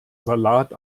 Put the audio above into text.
salat